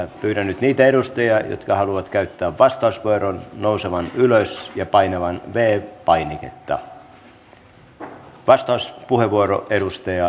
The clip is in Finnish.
pyydän nyt niitä edustajia jotka haluavat käyttää vastauspuheenvuoron nousemaan ylös ja painamaan v painiketta